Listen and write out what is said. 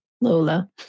Lola